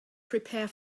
prepare